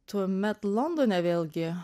tuomet londone vėlgi